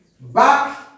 back